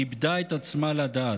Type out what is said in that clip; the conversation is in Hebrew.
אירופה איבדה את עצמה לדעת.